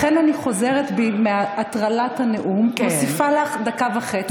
לכן אני חוזרת בי מהטרלת הנאום ומוסיפה לך דקה וחצי.